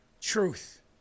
Truth